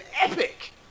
epic